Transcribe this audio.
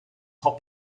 south